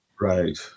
Right